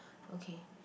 okay